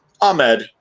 Ahmed